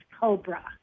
Cobra